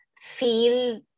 feel